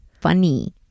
funny